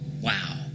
Wow